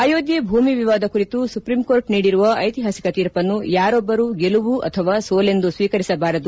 ಅಯೋಧ್ಲೆ ಭೂಮಿ ವಿವಾದ ಕುರಿತು ಸುಪ್ರೀಂ ಕೋರ್ಟ್ ನೀಡಿರುವ ಐತಿಹಾಸಿಕ ತೀರ್ಪನ್ನು ಯಾರೊಬ್ಲರು ಗೆಲುವು ಅಥವಾ ಸೋಲೆಂದು ಸ್ವೀಕರಿಸಬಾರದು